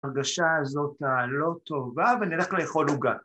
‫הרגשה הזאת הלא טובה, ‫ואני הולך לאכול עוגה.